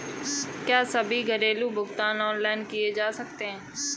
क्या सभी घरेलू भुगतान ऑनलाइन किए जा सकते हैं?